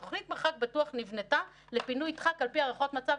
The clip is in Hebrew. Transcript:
תוכנית מרחק בטוח נבנתה לפינוי דחק על פי הערכות מצב,